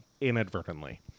Inadvertently